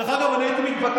דרך אגב, אני הייתי מתבייש,